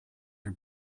are